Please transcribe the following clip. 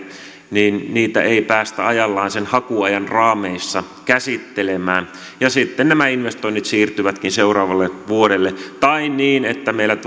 niin niitä ei päästä ajallaan sen hakuajan raameissa käsittelemään ja sitten nämä investoinnit siirtyvätkin seuraavalle vuodelle tai niin että meillä